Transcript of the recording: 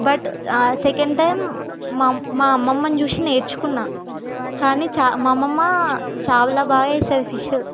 but second time మా మా అమ్మమ్మని చూసి నేర్చుకున్నాను కానీ చ మా అమ్మమ్మ చాలా బాగా చేస్తుంది ఫిష్